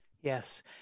Yes